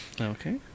okay